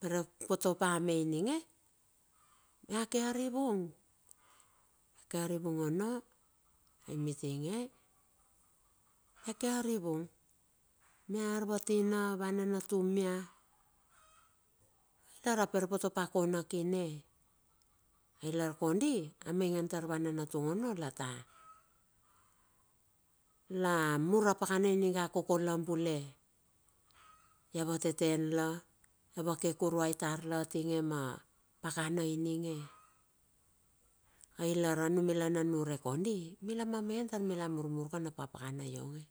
Perepote pa ame ninge, mia ke arivung, mia ke arivung ono ai mitinge. mia ke arivung. mia arvatina, ava nanatu mia. lar a poropote pa akona kine. ailar kondi. amaingan taur ava nanatung ono lata. La mur apakana ininge koke la bule ia vateten la. ia vake kurue tar la tinge ma pakana ininge. Ai lar anumila na nurek kondi. mila mamaingan ka tar mila murmur na pakpakana ionge.